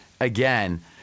Again